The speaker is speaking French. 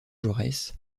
jaurès